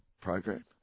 program